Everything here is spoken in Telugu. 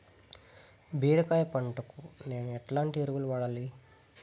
బీరకాయ పంటకు నేను ఎట్లాంటి ఎరువులు వాడాలి?